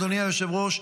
אדוני היושב-ראש,